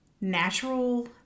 natural